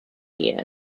year